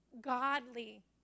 godly